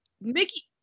mickey